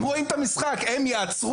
הם רואים את המשחק, הם יעצרו